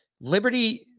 Liberty